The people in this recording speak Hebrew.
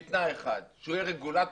בתנאי אחד: שהוא יהיה רגולטור.